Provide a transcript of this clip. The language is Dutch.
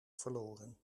verloren